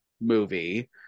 movie